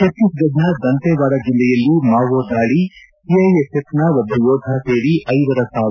ಛತ್ತೀಸ್ಫಡ್ನ ದಂತೆವಾಡ ಜಿಲ್ಲೆಯಲ್ಲಿ ಮಾವೋದಾಳಿ ಸಿಐಎಸ್ಎಫ್ನ ಒಬ್ಬ ಯೋಧ ಸೇರಿ ಐವರ ಸಾವು